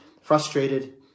frustrated